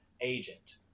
agent